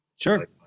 Sure